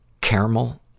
caramel